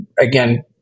again